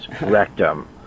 rectum